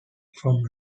from